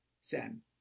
sam